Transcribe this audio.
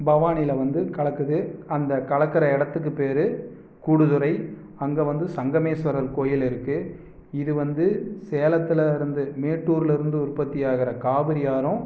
பவானியில வந்து கலக்குது அந்த கலக்கிற இடத்துக்கு பேர் கூடுதுறை அங்கே வந்து சங்கமேஸ்வரர் கோயில் இருக்கு இது வந்து சேலத்தில் இருந்து மேட்டூரில் இருந்து உற்பத்தி ஆகிற காவிரி ஆறும்